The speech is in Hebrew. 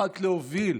התחלת להוביל,